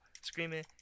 screaming